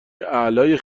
اعلای